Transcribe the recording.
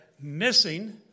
missing